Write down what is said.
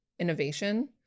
innovation